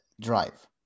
drive